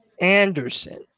Anderson